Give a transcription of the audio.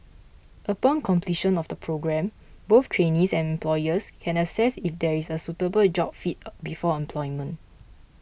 upon completion of the programme both trainees and employers can assess if there is a suitable job fit before employment